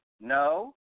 No